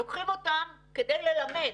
לוקחים אותן כדי ללמד,